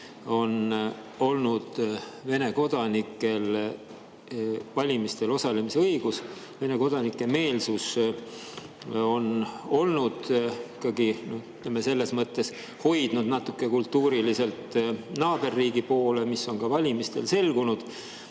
on olnud Vene kodanikel valimistel osalemise õigus. Vene kodanike meelsus on selles mõttes hoidnud kultuuriliselt natuke naaberriigi poole, mis on ka valimistel selgunud.